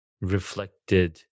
reflected